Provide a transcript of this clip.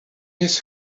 his